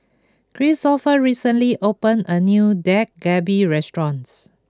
Kristoffer recently opened a new Dak Galbi restaurant